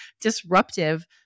disruptive